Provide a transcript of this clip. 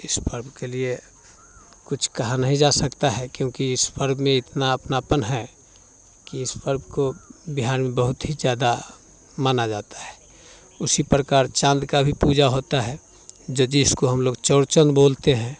तो इस पर्व के लिए कुछ कहा नहीं जा सकता है क्योंकि इस पर्व में इतना अपनापन है कि इस पर्व को बिहार बहुत ही ज़्यादा माना जाता है उसी प्रकार चाँद का भी पूजा होता है इसको हम लोग चौड़ चंद बोलते हैं